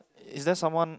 is there someone